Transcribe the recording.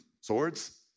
swords